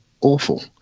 awful